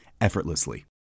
effortlessly